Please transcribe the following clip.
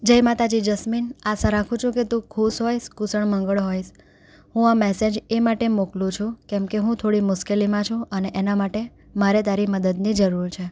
જય માતાજી જસ્મીન આશા રાખું છું કે તું ખુશ હોઈશ કુશળ મંગળ હોઈશ હું આ મેસેજ એ માટે મોકલું છુ કેમકે હું થોડી મુશ્કેલીમાં છું અને એના માટે મારે તારી મદદની જરૂર છે